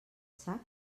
sac